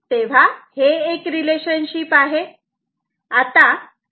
तेव्हा हे एक रिलेशनशिप आहे